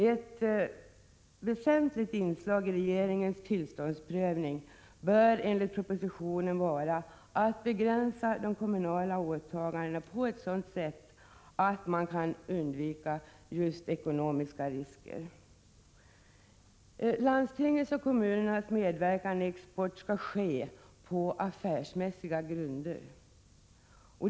Ett väsentligt inslag i regeringens tillståndsprövning bör enligt propositionen vara att begränsa de kommunala åtagandena på ett sådant sätt att man kan undvika ekonomiska risker. Landstingens och kommunernas medverkan i export skall ske på affärsmässiga grunder.